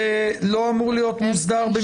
זה לא אמור להיות מוסדר?